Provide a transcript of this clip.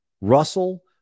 Russell